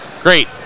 great